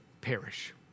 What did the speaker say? perish